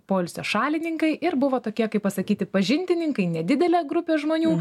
poilsio šalininkai ir buvo tokie kaip pasakyti pažintininkai nedidelė grupė žmonių